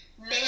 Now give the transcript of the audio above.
man